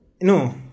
No